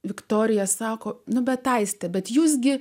viktorija sako nu bet aistė bet jūs gi